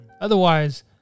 Otherwise